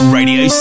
Radio